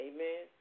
Amen